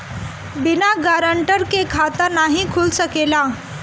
बिना गारंटर के खाता नाहीं खुल सकेला?